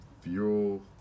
Fuel